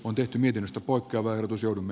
lakiin tehty muutosehdotus